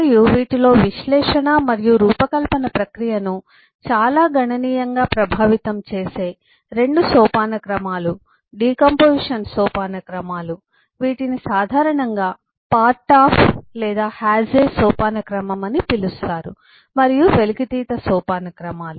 మరియు వీటిలో విశ్లేషణ మరియు రూపకల్పన ప్రక్రియను చాలా గణనీయంగా ప్రభావితం చేసే 2 సోపానక్రమాలు డికాంపొజిషన్ సోపానక్రమాలు వీటిని సాధారణంగా పార్ట్ ఆఫ్ లేదా హాస్ ఏ సోపానక్రమం అని పిలుస్తారు మరియు వెలికితీత సోపానక్రమాలు